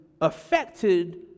affected